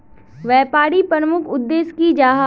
व्यापारी प्रमुख उद्देश्य की जाहा?